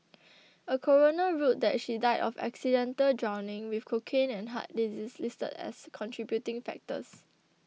a coroner ruled that she died of accidental drowning with cocaine and heart diseases listed as contributing factors